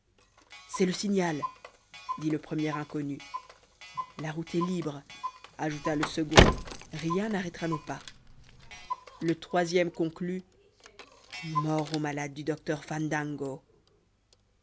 c'est le signal dit le premier inconnu la route est libre ajouta le second rien n'arrêtera nos pas le troisième conclut mort aux malades du docteur fandango